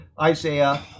isaiah